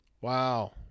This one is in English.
Wow